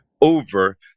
over